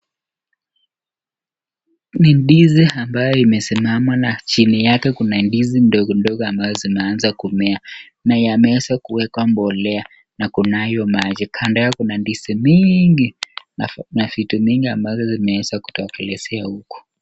Ni ndizi ambayo imesimama na chini yake kuna ndizi ndogo ndogo ambayo zimeanza kumea, na yameanza kuwekwa mbolea, na kunayo kuna ndizi miingi na vitu mingi ambazo zimeweza kutokelezea huko.